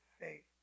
faith